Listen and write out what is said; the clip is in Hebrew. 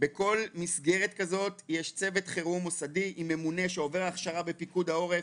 שבכל מסגרת כזו יש צוות חירום מוסדי עם ממונה שעובר הכשרה בפיקוד העורף,